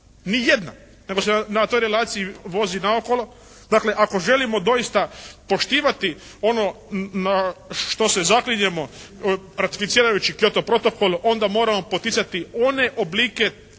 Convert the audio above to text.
Ni jedna, nego se na toj relaciji vozi naokolo. Dakle, ako želimo doista poštivati ono na što se zaklinjemo ratificirajući Kyoto protokol onda moramo poticati one oblike